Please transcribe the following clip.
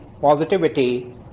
positivity